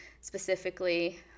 specifically